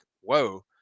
whoa